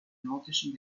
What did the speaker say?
nordischen